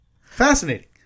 Fascinating